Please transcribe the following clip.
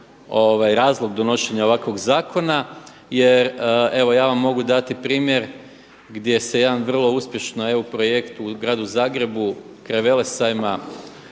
razlog donošenja ovakvog zakona jer evo ja vam mogu dati primjer gdje se jedan vrlo uspješno eu projekt u gradu Zagrebu kraj Velesajma